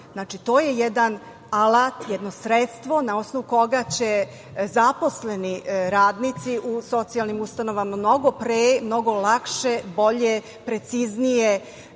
Znači, to je jedan alat, jedno sredstvo na osnovu koga će zaposleni, radnici u socijalnim ustanovama mnogo pre, mnogo lakše, bolje, preciznije,